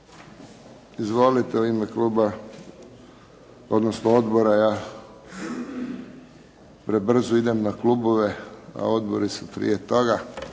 kluba odnosno odbora. Ja prebrzo idem na klubove, a odbori su prije toga.